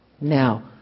now